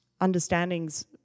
understandings